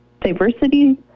Diversity